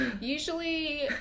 Usually